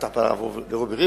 כשמדברים על הרב אריה לוין,